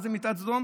מה זה מיטת סדום?